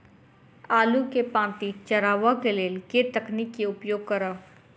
आलु केँ पांति चरावह केँ लेल केँ तकनीक केँ उपयोग करऽ?